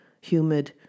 humid